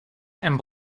and